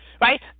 right